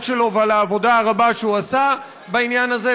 שלו ועל העבודה הרבה שהוא עשה בעניין הזה,